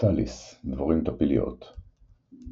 סטליס – דבורים טפיליות Trachusa